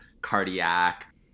cardiac